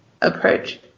approach